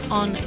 on